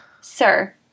Sir